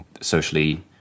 Socially